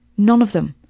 none of them.